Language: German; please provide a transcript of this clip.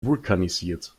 vulkanisiert